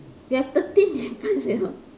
we have thirteen difference you know